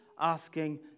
asking